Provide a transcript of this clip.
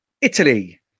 Italy